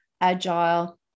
agile